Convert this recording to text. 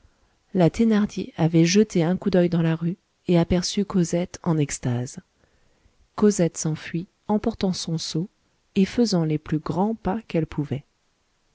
la thénardier avait jeté un coup d'oeil dans la rue et aperçu cosette en extase cosette s'enfuit emportant son seau et faisant les plus grands pas qu'elle pouvait